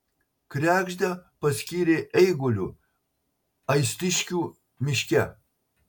kregždę paskyrė eiguliu aistiškių miške